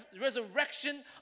resurrection